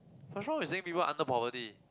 what's wrong with saying people under poverty